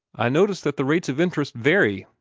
i notice that the rates of interest vary,